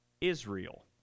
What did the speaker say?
Israel